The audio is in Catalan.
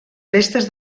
restes